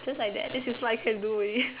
just like that this is what I can do already